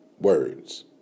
words